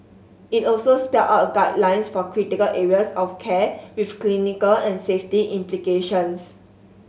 it also spelled out guidelines for critical areas of care with clinical and safety implications